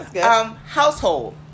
Household